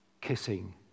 kissing